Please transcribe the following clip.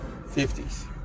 50s